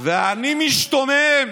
ואני משתומם,